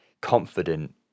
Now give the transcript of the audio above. confident